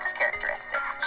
characteristics